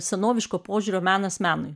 senoviško požiūrio menas menui